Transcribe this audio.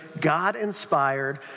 God-inspired